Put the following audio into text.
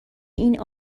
این